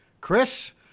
Chris